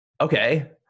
okay